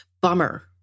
Bummer